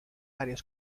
varios